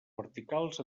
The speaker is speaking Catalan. verticals